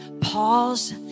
pause